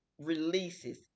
releases